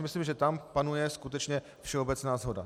Myslím si, že tam panuje skutečně všeobecná shoda.